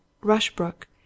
Rushbrook